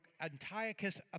Antiochus